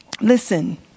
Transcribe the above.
Listen